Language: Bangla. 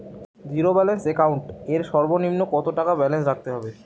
জীরো ব্যালেন্স একাউন্ট এর সর্বনিম্ন কত টাকা ব্যালেন্স রাখতে হবে?